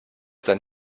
sein